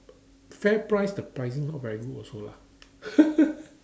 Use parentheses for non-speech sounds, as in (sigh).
FairPrice the pricing not very good also lah (laughs)